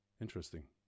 Interesting